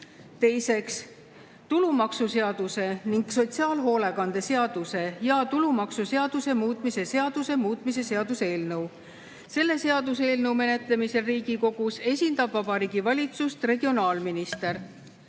Teiseks, tulumaksuseaduse ning sotsiaalhoolekande seaduse ja tulumaksuseaduse muutmise seaduse muutmise seaduse eelnõu. Selle seaduseelnõu menetlemisel Riigikogus esindab Vabariigi Valitsust regionaalminister.